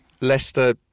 Leicester